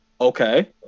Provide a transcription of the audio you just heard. Okay